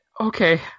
Okay